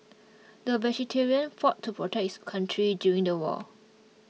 the veteran fought to protect his country during the war